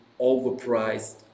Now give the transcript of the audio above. overpriced